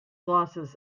losses